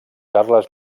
carles